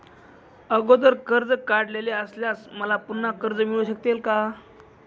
अगोदर कर्ज काढलेले असल्यास मला पुन्हा कर्ज मिळू शकते का?